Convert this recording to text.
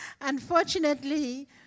Unfortunately